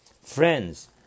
Friends